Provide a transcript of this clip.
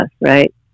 right